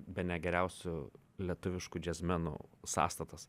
bene geriausių lietuviškų džiazmenų sąstatas